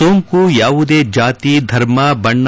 ಸೋಂಕು ಯಾವುದೇ ಜಾತಿ ಧರ್ಮ ಬಣ್ಣ